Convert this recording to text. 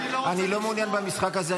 אני לא מעוניין במשחק הזה,